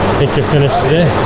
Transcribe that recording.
finish today?